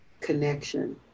connection